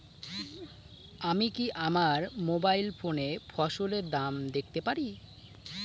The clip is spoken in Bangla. আমি কি আমার মোবাইল ফোনে ফসলের দাম দেখতে পারি?